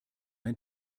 ein